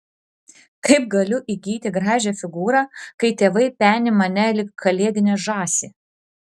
kaip galiu įgyti gražią figūrą kai tėvai peni mane lyg kalėdinę žąsį